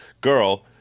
girl